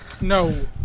No